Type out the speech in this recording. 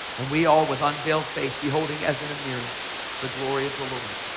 and we all with unveiled face beholding as in a mirror the glory of the lord.